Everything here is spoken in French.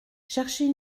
cherchait